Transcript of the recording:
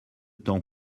temps